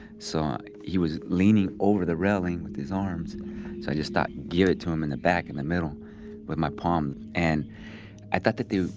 so he was leaning over the railing with his arms. so i just thought, give it to him in the back in the middle with my palm. and i thought that the, ah,